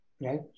right